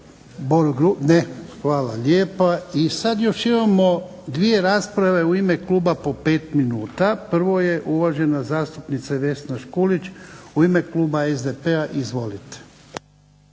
Ne, hvala lijepa. I sada još imamo dvije rasprave u ime kluba po pet minuta. Prvo je uvažena zastupnica VEsna Škulić u ime kluba SDP-a. Izvolite.